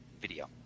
video